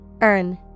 Earn